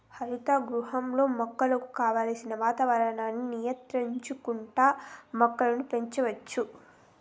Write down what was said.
హరిత గృహంలో మొక్కలకు కావలసిన వాతావరణాన్ని నియంత్రించుకుంటా మొక్కలను పెంచచ్చు